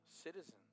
citizens